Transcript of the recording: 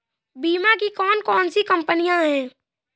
बीमा की कौन कौन सी कंपनियाँ हैं?